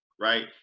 Right